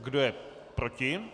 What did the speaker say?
Kdo je proti?